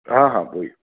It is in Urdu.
ہاں ہاں وہی